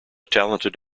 talented